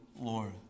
Lord